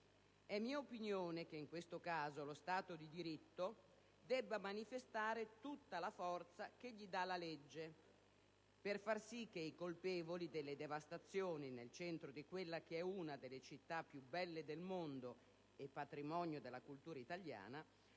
È mia opinione che in questo caso lo Stato di diritto debba manifestare tutta la forza che gli dà la legge, per far sì che i colpevoli delle devastazioni nel centro di quella che è una delle città più belle del mondo e patrimonio della cultura italiana